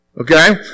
Okay